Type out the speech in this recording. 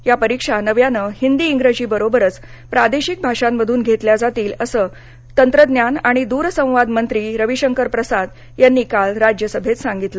या परीक्षा नव्यानं हिदी इंग्रजीबरोबरच प्रादेशिक भाषांमधून घेतल्या जातील असं माहिती तंत्रज्ञान आणि दूरसंवाद मंत्री रवीशंकर प्रसाद यांनी काल राज्यसभेत सांगितलं